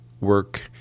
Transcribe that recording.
work